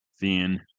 thin